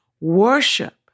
worship